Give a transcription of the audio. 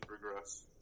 progress